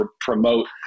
promote